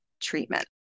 treatment